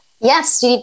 Yes